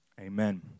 Amen